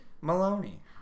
maloney